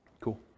Cool